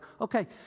okay